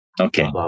Okay